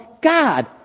God